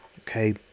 Okay